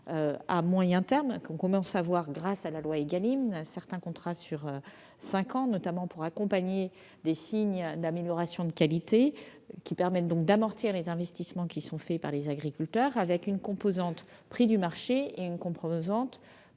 à moyen terme. Nous commençons à voir grâce à la loi Égalim des contrats sur cinq ans, notamment pour accompagner des signes d'amélioration de qualité. Cela permet d'amortir les investissements faits par les agriculteurs, avec une composante « prix du marché » et une composante